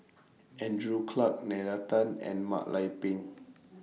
Andrew Clarke Nalla Tan and Mak Lai Peng